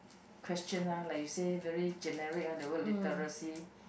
question lah like you said very generic lah the word literacy